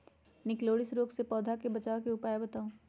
निककरोलीसिस रोग से पौधा के बचाव के उपाय बताऊ?